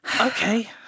Okay